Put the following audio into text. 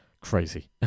crazy